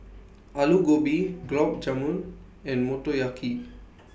Alu Gobi Gulab Jamun and Motoyaki